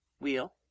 wheel